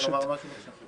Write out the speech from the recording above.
אני יכול לומר משהו בבקשה?